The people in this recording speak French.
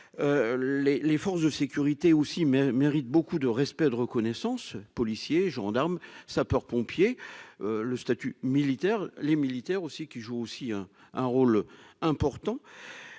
les forces de sécurité aussi mais mérite beaucoup de respect, de reconnaissance, policiers, gendarmes, sapeurs-pompiers, le statut militaire, les militaires aussi qui joue aussi un un rôle important